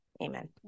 Amen